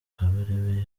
kabarebe